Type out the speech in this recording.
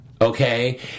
Okay